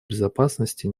безопасности